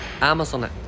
Amazon